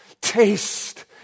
Taste